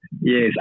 Yes